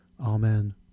Amen